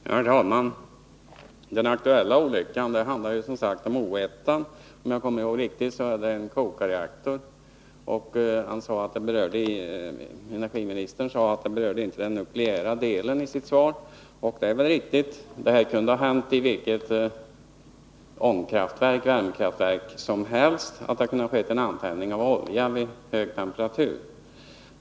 Herr talman! Den aktuella olyckan gäller som sagt O 1-an. Om jag kommer ihåg riktigt är det en kokarreaktor. Energiministern sade i sitt svar att olyckan inte berörde den nukleära delen, och det är väl riktigt. Detta — antändning av olja vid hög temperatur — kunde ha hänt i vilket värmekraftverk som helst.